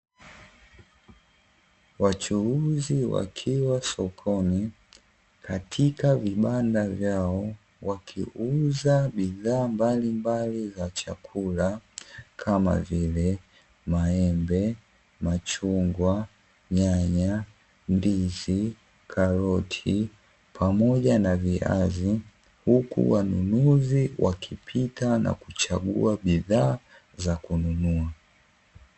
Wachuuzi wakiwa sokoni katika vibanda vyao, wakiuza bidhaa mbalimbali za chakula, kama vile: maembe, machungwa, nyanya, ndizi, karoti, pamoja na viazi huku wanunuzi wakipika na kuchagua bidhaa za kununua.